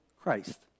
Christ